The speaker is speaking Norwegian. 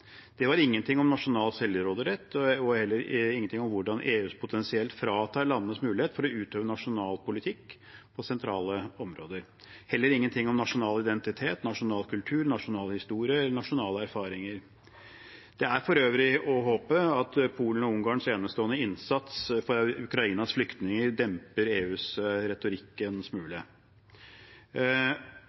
Det var ingen ting om nasjonal selvråderett og heller ingen ting om hvordan EU potensielt fratar landenes mulighet til å utøve nasjonal politikk på sentrale områder. Det var heller ingen ting om nasjonal identitet, nasjonal kultur, nasjonal historie eller nasjonale erfaringer. Det er for øvrig å håpe at Polen og Ungarns enestående innsats for Ukrainas flyktninger demper EUs